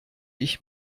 ich